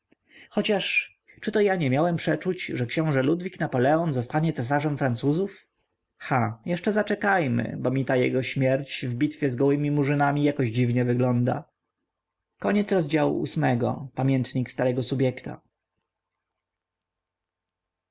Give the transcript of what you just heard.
chociaż czy to ja nie miałem przeczuć że ks ludwik napoleon zostanie cesarzem francuzów ha jeszcze zaczekajmy bo mi ta jego śmierć w bitwie z gołymi murzynami jakoś dziwnie wygląda